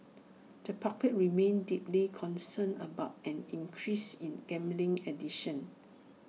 the public remains deeply concerned about an increase in gambling addiction